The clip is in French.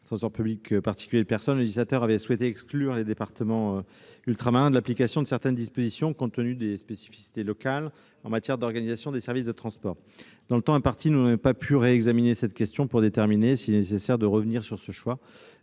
transport public particulier des personnes, le législateur avait souhaité exclure les départements ultramarins de l'application de certaines dispositions, compte tenu des spécificités locales en matière d'organisation des services de transport. Dans le temps imparti, nous n'avons pas pu réexaminer la question pour déterminer s'il est nécessaire de revenir sur ce choix.